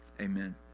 amen